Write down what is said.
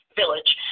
village